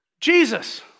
Jesus